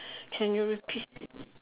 can you repeat